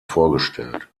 vorgestellt